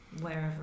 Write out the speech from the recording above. wherever